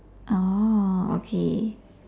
oh okay